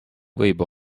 võib